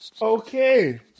Okay